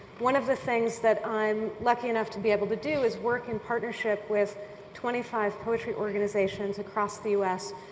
one of the things that i'm lucky enough to be able to do is work in partnership with twenty five poetry organizations across the u s.